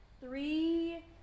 three